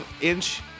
inch